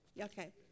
Okay